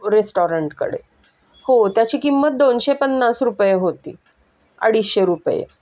रेस्टॉरंटकडे हो त्याची किंमत दोनशे पन्नास रुपये होती अडीचशे रुपये